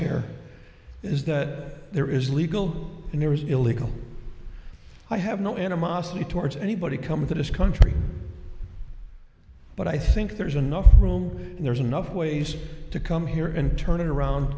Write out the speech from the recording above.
here is that there is legal and there is illegal i have no animosity towards anybody coming to this country but i think there's enough room and there's enough ways to come here and turn it around